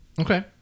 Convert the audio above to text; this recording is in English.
Okay